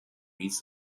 reads